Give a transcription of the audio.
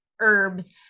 herbs